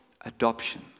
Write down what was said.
adoption